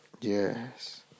Yes